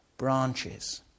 branches